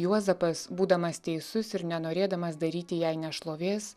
juozapas būdamas teisus ir nenorėdamas daryti jai nešlovės